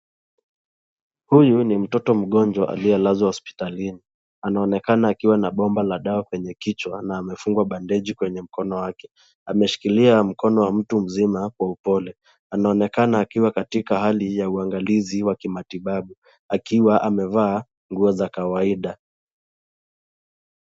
Huyu ni mtoto mgonjwa aliyelazwa hospitalini. Anaonekana akiwa na bomba la dawa kwenye kichwa na amefungwa bandeji kwenye mkono wake. Ameshikilia mkono wa mtu mzima kwa upole. Anaonekana akiwa katika hali ya uangalizi wa kimatibabu akiwa amevaa nguo za kawaida.